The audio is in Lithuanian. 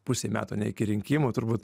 pusei metų ane iki rinkimų turbūt